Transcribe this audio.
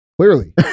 Clearly